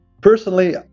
personally